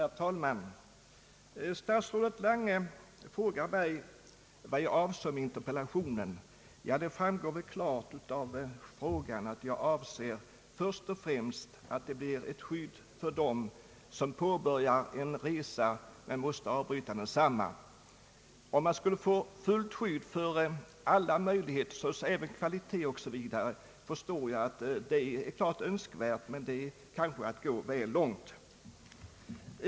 Herr talman! Statsrådet Lange frågar mig vad jag avser med interpellationen. Det framgår klart att jag först och främst önskar ett skydd för dem som påbörjat en resa men måste avbryta densamma. Ett fullständigt skydd för alla omständigheter, således även kvalitet osv., vore förstås önskvärt, men det är kanske att gå väl långt.